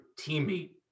teammate